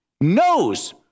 knows